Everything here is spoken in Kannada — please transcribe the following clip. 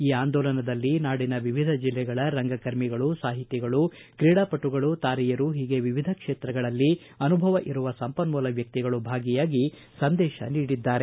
ಈ ಆಂದೋಲನದಲ್ಲಿ ನಾಡಿನ ವಿವಿಧ ಜಲ್ಲಿಗಳ ರಂಗಕರ್ಮಿಗಳು ಸಾಹಿತಿಗಳು ತ್ರೀಡಾಪಟುಗಳು ತಾರೆಯರು ಹೀಗೆ ವಿವಿಧ ಕ್ಷೇತ್ರಗಳಲ್ಲಿ ಅನುಭವ ಇರುವ ಸಂಪನ್ಮೂಲ ವ್ಯಕ್ತಿಗಳು ಭಾಗಿಯಾಗಿ ಸಂದೇಶ ನೀಡಿದ್ದಾರೆ